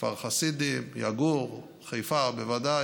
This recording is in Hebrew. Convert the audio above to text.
כפר חסידים, יגור, חיפה, בוודאי,